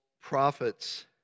prophets